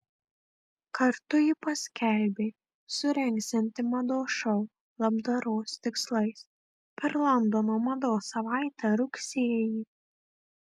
kartu ji paskelbė surengsianti mados šou labdaros tikslais per londono mados savaitę rugsėjį